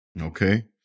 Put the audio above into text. Okay